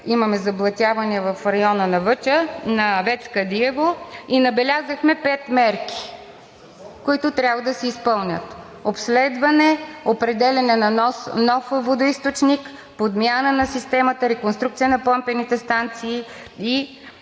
имаме заблатяване в района на ВЕЦ „Кадиево“, и набелязахме пет мерки, които трябва да се изпълнят: обследване, определяне на нов водоизточник, подмяна на системата, реконструкция на помпените станции и